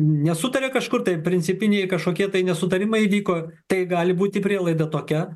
nesutarė kažkur tai principiniai kažkokie nesutarimai vyko tai gali būti prielaida tokia